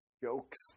Jokes